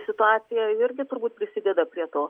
situaciją irgi turbūt prisideda prie to